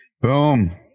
Boom